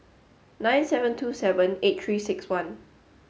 nine seven two seven eight three six one